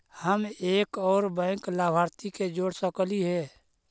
हम एक और बैंक लाभार्थी के जोड़ सकली हे?